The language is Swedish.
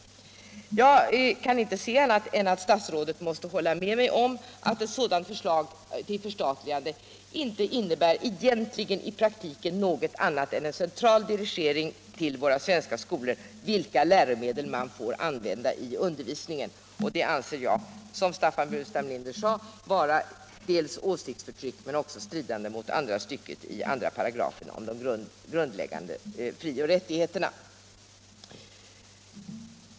Jag kan inte se annat än att statsrådet måste hålla med mig om att ett sådant förslag om förstatligande i praktiken innebär en central dirigering av vilka läromedel våra svenska skolor får använda i undervisningen, och det anser jag, liksom Staffan Burenstam Linder, dels vara åsiktsförtryck, dels strida mot andra stycket i 2 § om de grundläggande frioch rättigheterna.